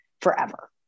forever